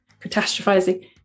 catastrophizing